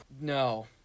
no